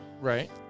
Right